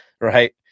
right